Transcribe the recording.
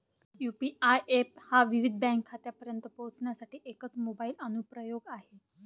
UPI app हा विविध bank खात्यांपर्यंत पोहोचण्यासाठी एकच मोबाइल अनुप्रयोग आहे